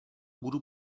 budu